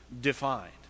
Defined